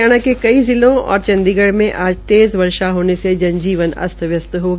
हरियाणा के कई जिलो और चंडीगढ़ में आज तेज़ वर्षा होने से जनजीवन अस्त व्यस्त् हो गया